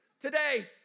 today